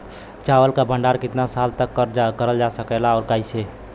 चावल क भण्डारण कितना साल तक करल जा सकेला और कइसे?